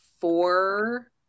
four